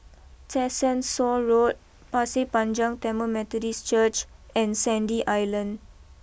Tessensohn Road Pasir Panjang Tamil Methodist Church and Sandy Island